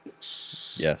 Yes